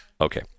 Okay